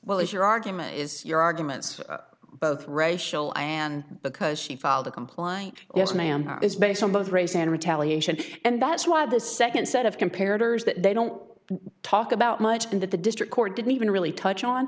well is your argument is your arguments both racial and because she filed a complaint yes ma'am it is based on both race and retaliation and that's why the second set of compared hers that they don't talk about much and that the district court didn't even really touch on